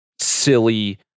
silly